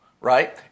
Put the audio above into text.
right